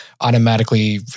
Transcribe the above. automatically